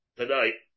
tonight